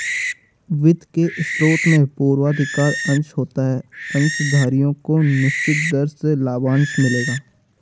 वित्त के स्रोत में पूर्वाधिकार अंश होता है अंशधारियों को निश्चित दर से लाभांश मिलेगा